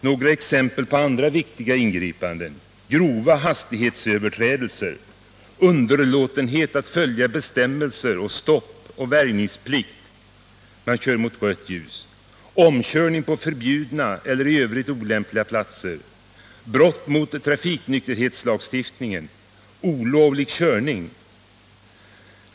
Några exempel på andra viktiga ingripanden är: grova hastighetsöverträdelser, underlåtenhet att följa bestämmelser om stopp och väjningsplikt — man kör mot rött ljus —, omkörning på förbjudna eller i övrigt olämpliga platser, brott mot trafiknykterhetslagstiftningen samt olovlig körning.